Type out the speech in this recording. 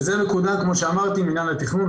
וזה מקודם כמו שאמרתי מינהל התכנון,